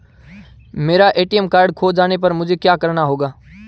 मेरा ATM card खो जाने पर मुझे क्या करना होगा?